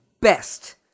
best